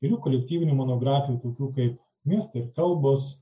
ir jų kolektyvinių monografijų tokių kaip miestai ir kalbos